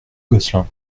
gosselin